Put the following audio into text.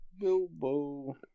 Bilbo